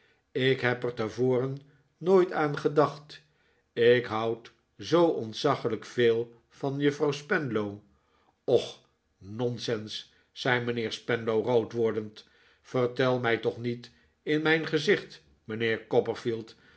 ik heb er tevoren nooit aan gedacht ik houd zoo ontzaglijk veel van juffrouw spenlow och nonsens zei mijnheer spenlow rood wordend vertel mij toch niet in mijn gezicht mijnheer